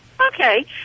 Okay